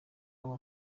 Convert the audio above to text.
aba